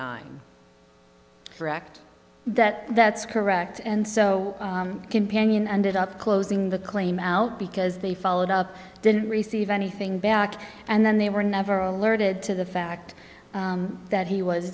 nine brecht that that's correct and so companion ended up closing the claim out because they followed up didn't receive anything back and then they were never alerted to the fact that he was